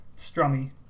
Strummy